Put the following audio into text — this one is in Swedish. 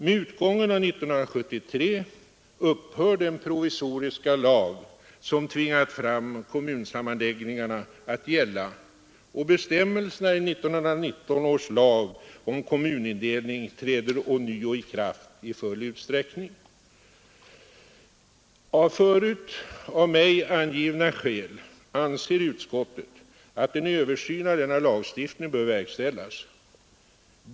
Med utgången av 1973 upphör den provisoriska lag, som tvingat fram kommunsammanläggningar, att gälla, och bestämmelserna i 1919 års lag om kommunindelning träder ånyo i kraft i full utsträckning. Av förut av mig angivna skäl anser utskottet att en översyn av lagstiftningen bör verkställas.